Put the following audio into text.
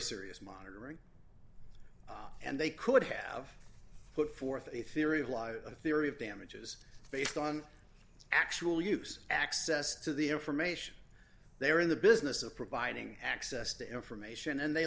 serious monitoring and they could have put forth a theory of why a theory of damages based on actual use access to the information they were in the business of providing access to information and they